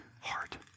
heart